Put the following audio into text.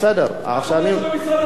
זה נגד התקשי"ר.